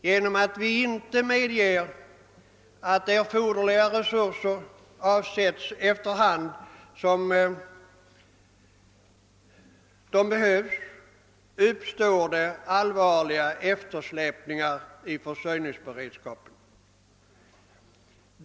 Genom att vi inte medger att erforderliga resurser avsätts efter hand som de behövs uppstår allvarliga eftersläpningar i försörjningsberedskapen.